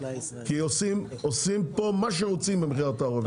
כי עושים פה מה שרוצים במחיר התערובת.